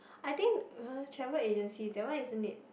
I think travel agency that one isn't it